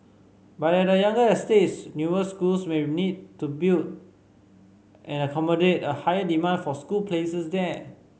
but at younger estates newer schools may need to built and accommodate a higher demand for school places there